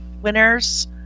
Winners